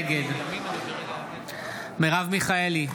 נגד מרב מיכאלי,